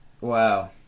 Wow